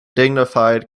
dignified